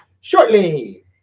shortly